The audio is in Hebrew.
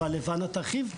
אבל לבנה תרחיב.